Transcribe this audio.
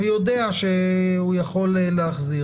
הוא יודע שהוא יכול להחזיר,